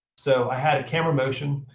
so i had camera motion,